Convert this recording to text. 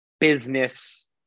business